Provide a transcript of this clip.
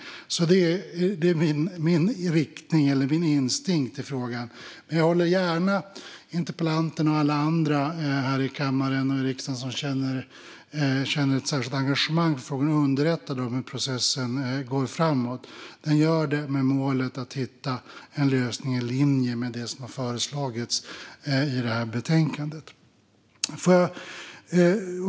Det är min riktning eller instinkt i frågan. Jag håller gärna interpellanten och alla andra här i kammaren och riksdagen som känner ett särskilt engagemang i frågan underrättade om hur processen går framåt. Den gör det med målet att hitta en lösning som är i linje med det som föreslagits i betänkandet.